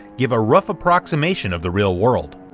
give a rough approximation of the real world.